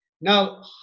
Now